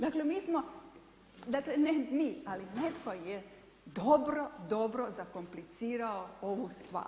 Dakle, mi smo, dakle ne mi, ali netko je dobro, dobro zakomplicirao ovu stvar.